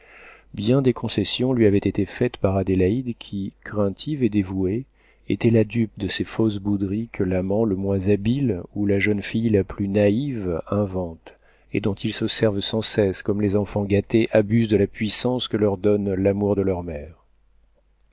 bien des concessions lui avaient été faites par adélaïde qui craintive et dévouée était la dupe de ces fausses bouderies que l'amant le moins habile ou la jeune fille la plus naïve inventent et dont ils se servent sans cesse comme les enfants gâtés abusent de la puissance que leur donne l'amour de leur mère